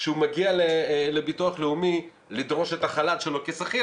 כשהוא מגיע לביטוח לאומי לדרוש את החל"ת שלו כשכיר,